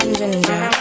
ginger